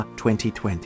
2020